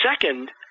Second